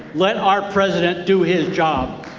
let our president do his job.